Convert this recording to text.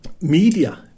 media